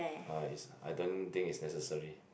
I is I don't think it's necessary